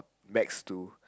max two